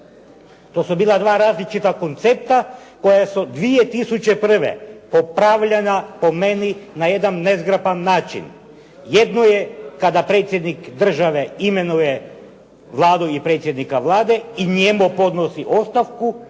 To su bila dva različita koncepta koja su od 2001. popravljana po meni na jedan nezgrapan način. Jedno je kada predsjednik države imenuje Vladu ili predsjednika Vlade i njemu podnosi ostavku,